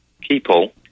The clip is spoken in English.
people